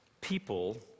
people